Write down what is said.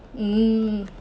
mm